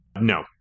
No